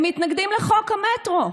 הם מתנגדים לחוק המטרו,